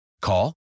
Call